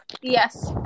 Yes